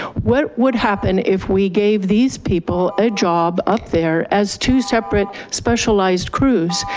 what would happen if we gave these people a job up there as two separate specialized crews,